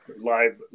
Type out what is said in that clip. live